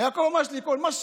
יעקב אמר "יש לי כל",